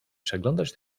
przeglądać